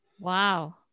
Wow